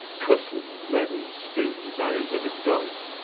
cushions, leaden spoons, irons of a doit,